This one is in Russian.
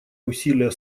усилия